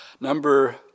Number